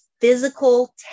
physical